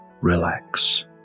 Relax